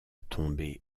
tomber